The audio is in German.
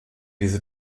diese